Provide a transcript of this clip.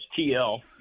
STL